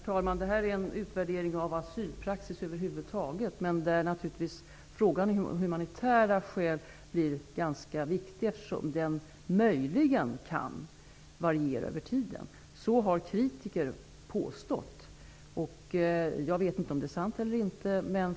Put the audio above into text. Herr talman! Det är fråga om en utvärdering av asylpraxis över huvud taget. Frågan om humanitära skäl blir naturligtvis ganska viktig, eftersom den möjligen kan variera över tiden. Kritiker har påstått det -- jag vet inte om det är sant.